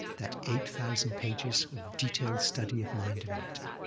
that eight thousand pages of detailed study of mind and matter,